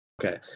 Okay